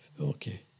Okay